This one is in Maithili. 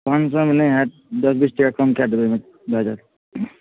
पाॅंच सए मे नहि होयत दस बीस टका कम कए देबै एहिमे भए जायत